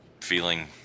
feeling